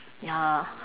ya